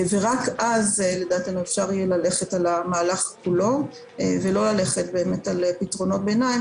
רק אז לדעתנו אפשר יהיה ללכת על המהלך כולו ולא ללכת על פתרונות ביניים,